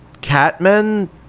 Catmen